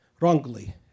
wrongly